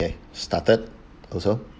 ay started also